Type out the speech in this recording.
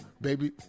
baby